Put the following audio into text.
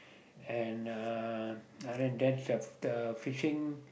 and uh other than that the the fishing